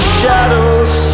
shadows